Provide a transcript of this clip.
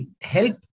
help